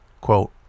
Quote